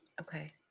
Okay